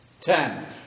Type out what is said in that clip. Ten